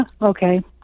Okay